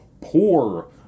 poor